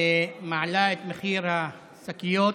מעלה את מחיר השקיות,